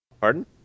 Pardon